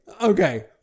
okay